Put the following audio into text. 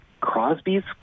Crosby's